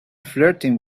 flirting